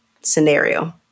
scenario